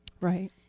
Right